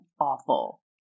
awful